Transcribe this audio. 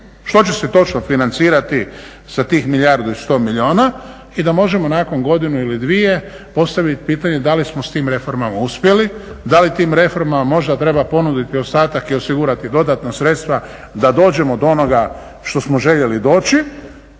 što će se točno financirati sa tih milijardu i 100 milijuna i da možemo nakon godinu ili dvije postaviti pitanje da li smo sa tim reformama uspjeli, da li tim reformama možda treba ponuditi ostatak i osigurati dodatna sredstva da dođemo do onoga što smo željeli doći,